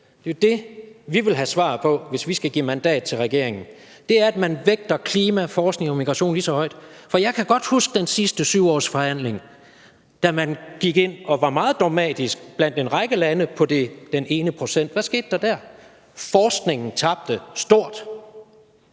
det, vi vil have svar på, hvis vi skal give mandat til regeringen. Det er, at man vægter klima, forskning og migration lige højt. For jeg kan godt huske den sidste 7-årsforhandling, da man gik ind og var meget dogmatisk blandt en række lande på det med 1,00 pct. Hvad skete der dér? Forskningen tabte stort